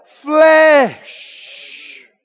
flesh